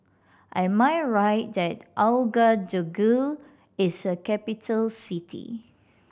am I right that Ouagadougou is a capital city